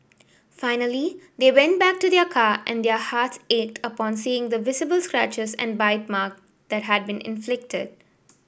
finally they went back to their car and their hearts ached upon seeing the visible scratches and bite marks that had been inflicted